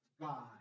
God